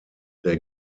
der